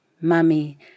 mummy